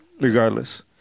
regardless